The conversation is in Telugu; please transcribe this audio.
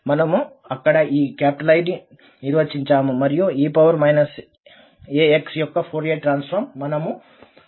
మనము అక్కడ ఈ I ని నిర్వచించాము మరియు e ax యొక్క ఫోరియర్ ట్రాన్సఫార్మ్ మనము 2I